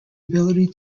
ability